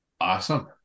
awesome